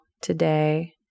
today